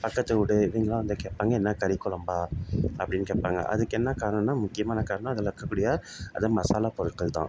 பக்கத்து வீடு இவங்கெல்லாம் வந்து கேட்பாங்க என்ன கறிக்கொழம்பா அப்படின் கேட்பாங்க அதுக்கு என்ன காரணம்னால் முக்கியமான காரணம் அதில் இருக்கக்கூடிய அந்த மசாலா பொருட்கள் தான்